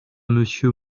monsieur